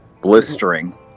Blistering